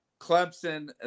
Clemson